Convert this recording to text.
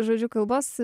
žodžiu kalbos